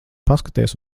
paskaties